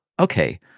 okay